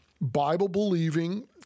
Bible-believing